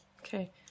Okay